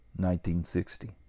1960